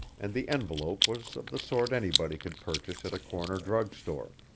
and the envelope was of the sort anybody could purchase at a corner drug store.